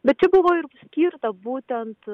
bet čia buvo ir skirta būtent